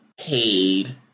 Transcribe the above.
paid